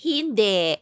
Hindi